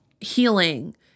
healing